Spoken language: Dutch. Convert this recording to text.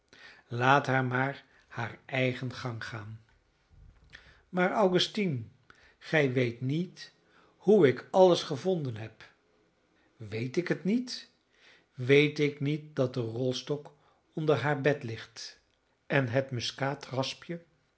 haar maar haar eigen gang gaan maar augustine gij weet niet hoe ik alles gevonden heb weet ik het niet weet ik niet dat de rolstok onder haar bed ligt en het muskaatraspje